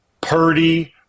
Purdy